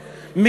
במאות,